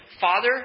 Father